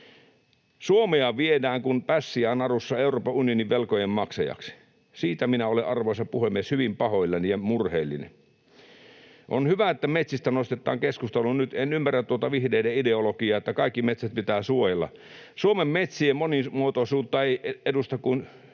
Suomea viedään kuin pässiä narussa Euroopan unionin velkojen maksajaksi. Siitä minä olen, arvoisa puhemies, hyvin pahoillani ja murheellinen. On hyvä, että metsistä nostetaan nyt keskustelua. En ymmärrä tuota vihreiden ideologiaa, että kaikki metsät pitää suojella. Suomen metsien hyvinvointia ei uhkaa mikään